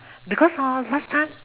because hor last time